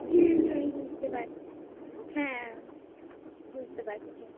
হুম হুম বুঝতে পারছি হ্যাঁ বুঝতে পারছি